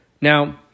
Now